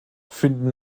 finden